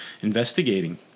investigating